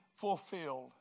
fulfilled